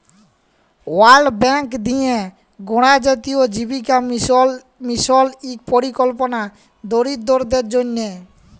world Bank দিঁয়ে গড়া জাতীয় জীবিকা মিশল ইক পরিকল্পলা দরিদ্দরদের জ্যনহে